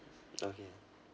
okay